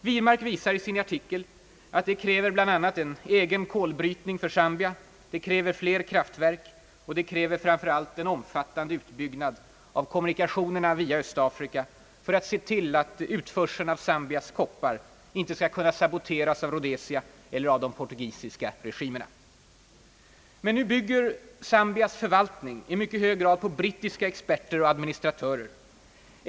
Wirmark visar i sin artikel att läget kräver bl.a. en egen kolbrytning för Zambia, flera kraftverk och framför allt en omfattande utbyggnad av kommunikationerna via Östafrika för att utförseln av Zambias koppar inte skall kunna saboteras av Rhodesia eiler av den portugisiska regimen. Nu bygger Zambias förvaltning i mycket hög grad på brittiska experter och administratörer.